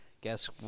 guess